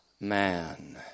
man